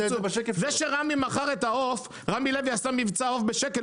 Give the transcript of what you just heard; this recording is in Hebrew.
זה שרמי לוי עשה מבצע עוף בשקל,